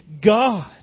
God